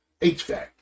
HVAC